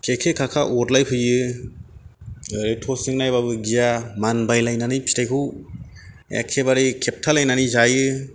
खेखे खाखा अरलायफैयो ओरै टर्चजों नायब्लाबो गिया मानबायलायनानै फिथायखौ एखेबारे खेबथालायनानै जायो